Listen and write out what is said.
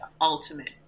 ultimate